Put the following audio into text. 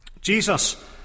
Jesus